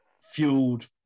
fueled